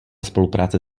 spolupráce